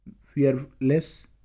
fearless